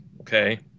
okay